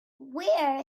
where